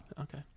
Okay